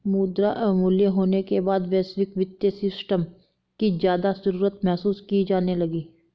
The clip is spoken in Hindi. मुद्रा अवमूल्यन होने के बाद वैश्विक वित्तीय सिस्टम की ज्यादा जरूरत महसूस की जाने लगी